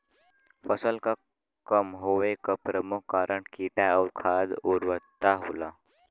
फसल क कम होवे क प्रमुख कारण कीट और खाद उर्वरता होला